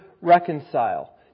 reconcile